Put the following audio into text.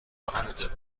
کنند